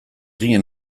ginen